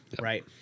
right